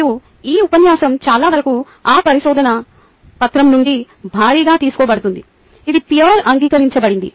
మరియు ఈ ఉపన్యాసం చాలావరకు ఆ పరిశోధన పత్రo నుండి భారీగా తీసుకోబడుతుంది ఇది పీర్ అంగీకరించబడింది